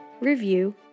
review